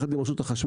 יחד עם רשות החשמל,